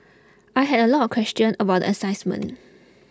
I had a lot of questions about the